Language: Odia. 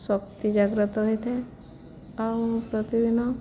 ଶକ୍ତି ଜାଗ୍ରତ ହୋଇଥାଏ ଆଉ ପ୍ରତିଦିନ